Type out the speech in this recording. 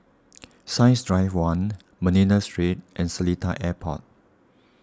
Science Drive one Manila Street and Seletar Airport